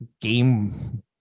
game